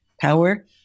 power